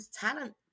talent